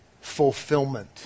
fulfillment